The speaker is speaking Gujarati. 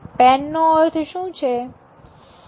પેન નો અર્થ શું છે